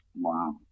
Wow